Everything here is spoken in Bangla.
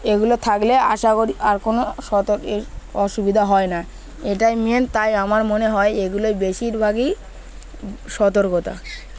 এগুলো থাকলে আশা করি আর কোনো অসুবিধা হয় না এটাই মেন তাই আমার মনে হয় এগুলোই বেশিরভাগই সতর্কতা